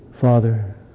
Father